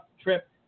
trip